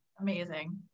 Amazing